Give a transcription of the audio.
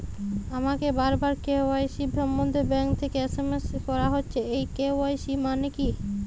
আমাকে বারবার কে.ওয়াই.সি সম্বন্ধে ব্যাংক থেকে এস.এম.এস করা হচ্ছে এই কে.ওয়াই.সি মানে কী?